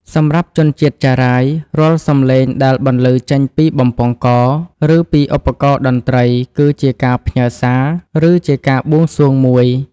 សម្រាប់ជនជាតិចារាយ រាល់សម្លេងដែលបន្លឺចេញពីបំពង់ក ឬពីឧបករណ៍តន្ត្រី គឺជាការផ្ញើសារ ឬជាការបួងសួងមួយ។